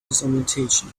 disorientation